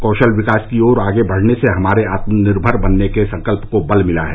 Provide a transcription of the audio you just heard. कौशल विकास की ओर आगे बढ़ने से हमारे आत्मनिर्भर बनने के संकल्प को बल मिला है